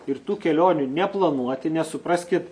ir tų kelionių neplanuoti nes supraskit